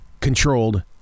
Controlled